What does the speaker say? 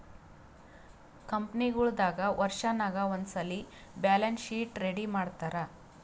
ಕಂಪನಿಗೊಳ್ ದಾಗ್ ವರ್ಷನಾಗ್ ಒಂದ್ಸಲ್ಲಿ ಬ್ಯಾಲೆನ್ಸ್ ಶೀಟ್ ರೆಡಿ ಮಾಡ್ತಾರ್